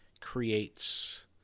creates